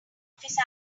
office